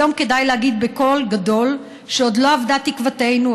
היום כדאי להגיד בקול גדול שעוד לא אבדה תקוותנו,